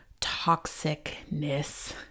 toxicness